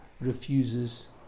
refuses